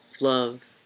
Love